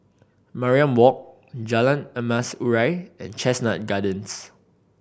Mariam Walk Jalan Emas Urai and Chestnut Gardens